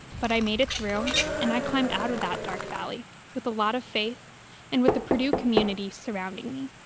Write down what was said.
but i made it through and i climbed out of that dark valley with a lot of faith and with the purdue community surrounding me.